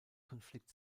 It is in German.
konflikt